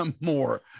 more